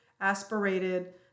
aspirated